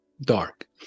dark